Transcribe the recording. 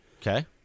Okay